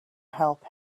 help